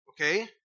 okay